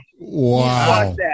Wow